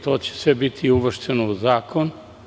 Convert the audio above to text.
To će sve biti uvršteno u zakon.